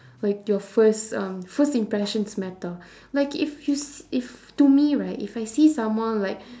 like your first um first impressions matter like if you s~ if to me right if I see someone like